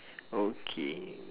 okay